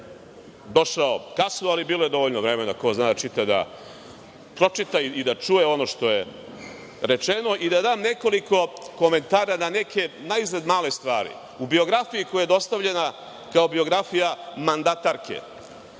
došao kasno, ali bilo je dovoljno vremena, ko zna da čita, da pročita i da čuje ono što je rečeno i da da nekoliko komentara na neke naizgled male stvari. U biografiji koja je dostavljena kao biografija mandatarke,